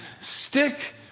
stick